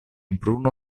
bruno